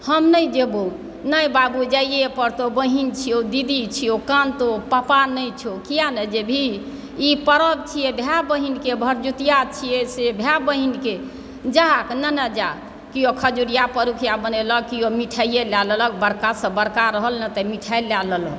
हम नहि जेबहु नहि बाबू जाइए पड़तहु बहीन छियौ दीदी छियौ कनतहु पापा नहि छौ किया नहि जेबही ई पर्व छियै भाय बहीनके भरदुतिया छियै से भाय बहीनके जा लेने जा किओ खजुरिया पिरुकिया बनयलक किओ मिठाइए लए लेलक बड़कासँ बड़का रहल नहि तऽ मिठाइ लए लेलक